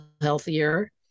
healthier